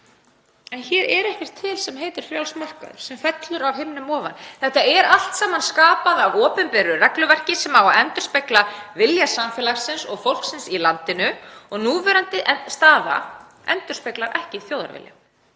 En hér er ekkert til sem heitir frjáls markaður sem fellur af himnum ofan. Þetta er allt saman skapað af opinberu regluverki, sem á að endurspegla vilja samfélagsins og fólksins í landinu. Og núverandi staða endurspeglar ekki þjóðarvilja.